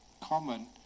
common